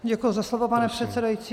Děkuji za slovo, pane předsedající.